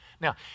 Now